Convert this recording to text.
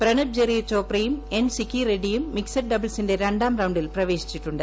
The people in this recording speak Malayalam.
പ്രണബ് ജെറി ചോപ്രയും എൻ സിക്കി റെഡ്ഡിയും മിക്സഡ് ഡബിൾസിന്റെ രണ്ടാം റൌണ്ടിൽ പ്രവേശിച്ചിട്ടുണ്ട്